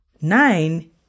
nine